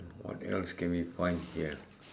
what else can we find here